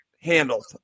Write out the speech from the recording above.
handled